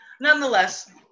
nonetheless